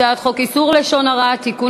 הצעת חוק איסור לשון הרע (תיקון,